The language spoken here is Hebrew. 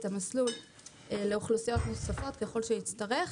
המסלול לאוכלוסיות נוספות ככל שיצטרך.